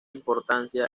importancia